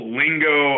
lingo